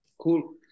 Cool